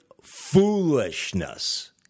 foolishness